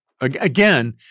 Again